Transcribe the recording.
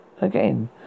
again